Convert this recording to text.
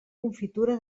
confitura